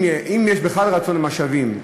אם יש בכלל רצון לתת משאבים,